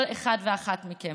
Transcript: כל אחד ואחת מכם: